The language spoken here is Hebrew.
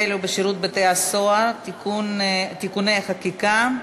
בתי-הסוהר (תיקוני חקיקה),